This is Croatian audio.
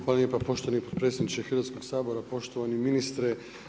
Hvala lijepa poštovani potpredsjedniče Hrvatskog sabora, poštovani ministre.